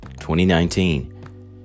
2019